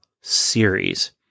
series